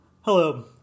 Hello